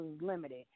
limited